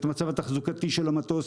את המצב התחזוקתי של המטוס,